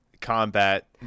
combat